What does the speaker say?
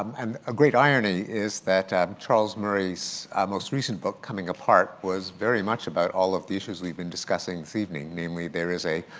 um and a great irony is that ah um charles murray's most recent book, coming apart, was very much about all of the issues we've been discussing this evening. namely, there is a